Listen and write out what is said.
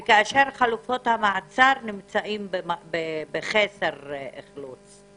כאשר חלופות המעצר נמצאות בחסר אכלוס.